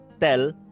tell